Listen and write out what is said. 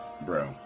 bro